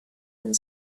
and